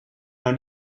nou